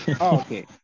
Okay